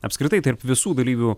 apskritai tarp visų dalyvių